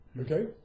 okay